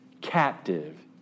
captive